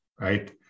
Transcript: right